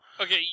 Okay